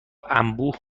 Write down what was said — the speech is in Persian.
انبوه